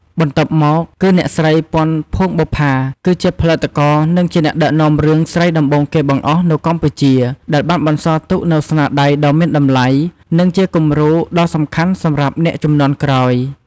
បន្ទាប់មកគឺអ្នកស្រី ពាន់ ភួងបុប្ផា គឺជាផលិតករ និងជាអ្នកដឹកនាំរឿងស្រីដំបូងគេបង្អស់នៅកម្ពុជា ដែលបានបន្សល់ទុកនូវស្នាដៃដ៏មានតម្លៃ និងជាគំរូដ៏សំខាន់សម្រាប់អ្នកជំនាន់ក្រោយ។